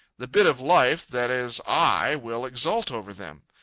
the bit of life that is i will exult over them.